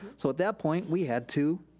so at that point we had to.